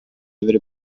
avere